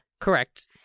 Correct